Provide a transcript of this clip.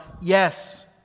yes